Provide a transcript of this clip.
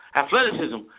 athleticism